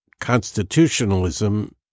constitutionalism